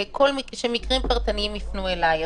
שמקרים פרטניים יפנו אליי,